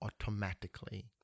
automatically